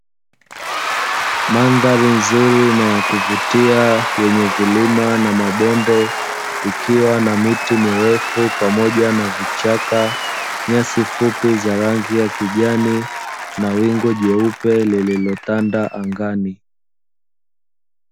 Mandhari nzuri na ya kuvutia yenye vilima na mabonde, ikiwa na miti mirefu pamoja na vichaka ,nyasi fupi za rangi ya kijani, na wingu jeupe lililotanda angani.